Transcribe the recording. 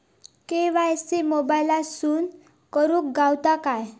KYC मोबाईलातसून करुक गावता काय?